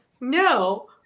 no